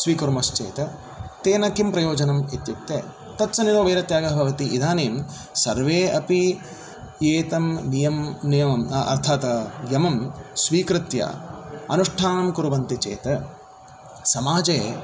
स्वीकुर्मश्चेत तेन किं प्रयोजनम् इत्युक्ते तत्सन्निधौ वैरत्यागः भवति इदानीं सर्वे अपि एतं नियम् नियमं अर्थात नियमं स्वीकृत्य अनुष्ठानङ्कुर्वन्ति चेत् समाजे